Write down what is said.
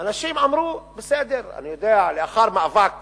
אנשים אמרו: בסדר, לאחר מאבק